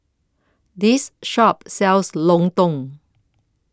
This Shop sells Lontong